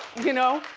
you know,